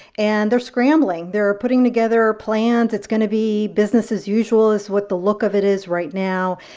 and they're scrambling. they're putting together plans. it's going to be business as usual is what the look of it is right now.